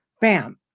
bam